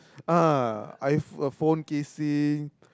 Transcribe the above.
ah iPhone casing